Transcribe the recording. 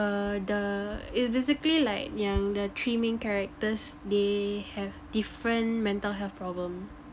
err the is basically like yang the three main characters they have different mental health problem